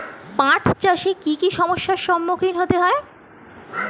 পাঠ চাষে কী কী সমস্যার সম্মুখীন হতে হয়?